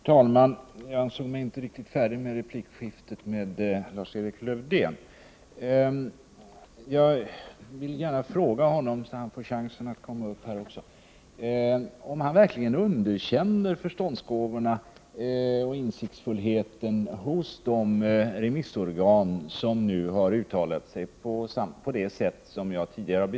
Herr talman! Jag har begärt ordet eftersom jag inte anser att replikskiftet med Lars-Erik Lövdén var avslutat, och jag ger honom nu chansen att på nytt gå upp i debatt. insiktsfullheten hos de remissorgan som uttalat sig på det sätt som jag tidigare Prot.